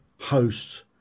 hosts